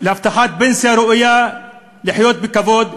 להבטחת פנסיה ראויה לחיים בכבוד.